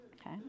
Okay